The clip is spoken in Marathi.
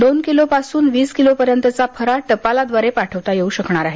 दोन किलो पासून वीस किलो पर्यंतचा फराळ टपालाद्वारे पाठवता येऊ शकणार आहे